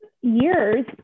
years